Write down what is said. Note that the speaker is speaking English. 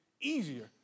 easier